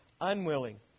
unwilling